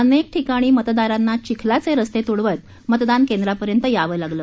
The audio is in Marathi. अनेक ठिकाणी मतदारांना चिखलाचे रस्ते त्डवत मतदान केंद्रापर्यंत यावं लागलं